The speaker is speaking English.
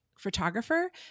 photographer